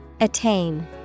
Attain